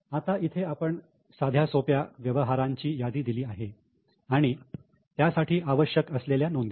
आता इथे आपण साध्या सोप्या व्यवहारांची यादी दिली आहे आणि त्यासाठी आवश्यक असलेल्या नोंदी